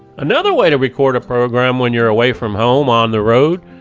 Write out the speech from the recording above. another way to record a program when you're away from home on the road,